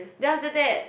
then after that